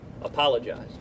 apologized